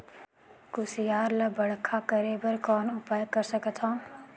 कुसियार ल बड़खा करे बर कौन उपाय कर सकथव?